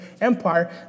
Empire